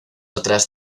otras